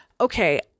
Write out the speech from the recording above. okay